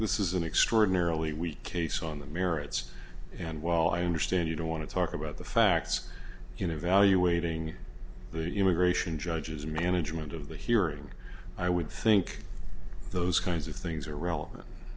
this is an extraordinarily weak ace on the merits and while i understand you don't want to talk about the facts you know evaluating the immigration judges management of the hearing i would think those kinds of things are wel